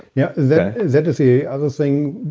yeah yeah. that is a other thing.